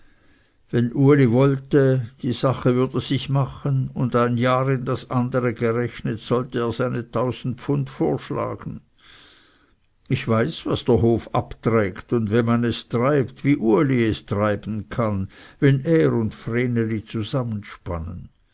wenn uli wollte die sache würde sich machen und ein jahr in das andere gerechnet sollte er seine tausend pfund vorschlagen ich weiß was der hof abträgt wenn man es treibt wie uli es treiben kann wenn er und vreneli zusammenspannen